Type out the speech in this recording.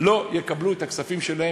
לא יקבלו את הכספים שלהם.